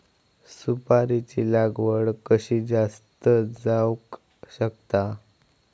सुपारीची लागवड कशी जास्त जावक शकता?